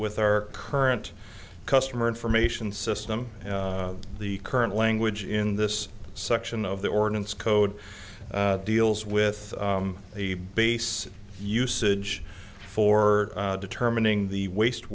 with our current customer information system the current language in this section of the ordinance code deals with the base usage for determining the waste